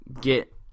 get